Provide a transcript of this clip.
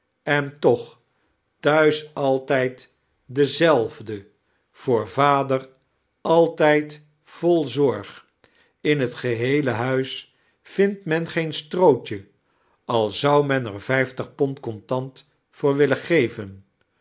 en toch thuis alitijd dezelfde voor vader altdjd vol ziorg in het geheele huis vindt men geen strootje al sou men er vijftig pond cantant voor wiuen geven